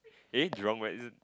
eh Jurong West